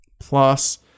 plus